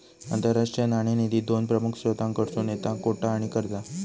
आंतरराष्ट्रीय नाणेनिधी दोन प्रमुख स्त्रोतांकडसून येता कोटा आणि कर्जा